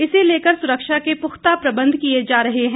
इसे लेकर सुरक्षा के पुख्ता प्रबंध किए जा रहे है